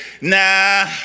nah